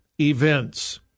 events